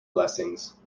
blessings